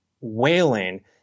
wailing